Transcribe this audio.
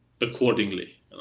accordingly